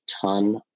ton